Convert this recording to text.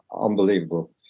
unbelievable